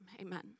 amen